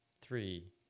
three